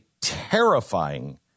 terrifying